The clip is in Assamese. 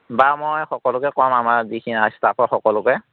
বাৰু মই সকলোকে কম আমাৰ যিখিনি ষ্টাফৰ সকলোকে